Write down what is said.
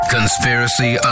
Conspiracy